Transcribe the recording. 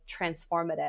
transformative